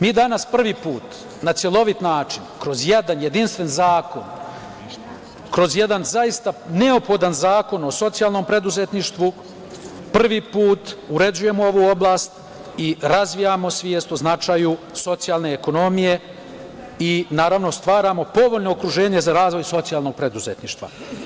Mi danas prvi put na celovit način, kroz jedan jedinstven zakon, kroz jedan zaista neophodan Zakon o socijalnom preduzetništvu, prvi put uređujemo ovu oblast i razvijamo svest o značaju socijalne ekonomije i stvaramo povoljno okruženje za razvoj socijalnog preduzetništva.